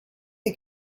had